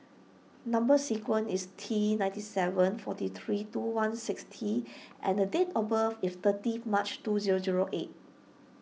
Number Sequence is T ninety seven forty three two one six T and the date of birth is thirty March two zero zero eight